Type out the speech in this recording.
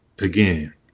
Again